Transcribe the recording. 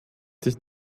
dich